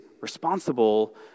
responsible